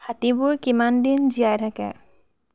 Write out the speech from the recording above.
হাতীবোৰ কিমান দিন জীয়াই থাকে